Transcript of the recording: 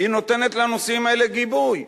היא נותנת לנושאים האלה גיבוי.